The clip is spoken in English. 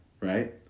Right